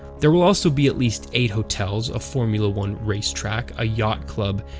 there will also be at least eight hotels, a formula one racetrack, a yacht club,